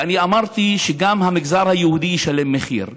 ואני אמרתי שגם המגזר היהודי ישלם מחיר,